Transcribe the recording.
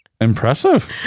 Impressive